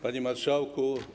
Panie Marszałku!